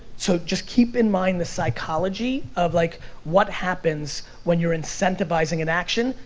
so just keep in mind the psychology of like what happens when you're incentivizing an action,